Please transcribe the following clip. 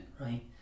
right